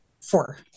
Four